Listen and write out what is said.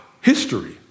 history